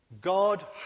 God